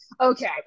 okay